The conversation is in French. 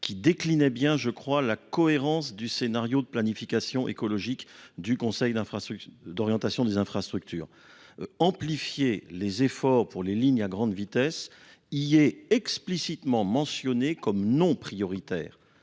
qui déclinait bien je crois la cohérence du scénario de planification écologique du conseil d'infrastructures structures, amplifier les efforts pour les lignes à grande vitesse Yy est explicitement mentionné comme non prioritaire